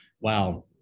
wow